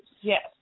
Yes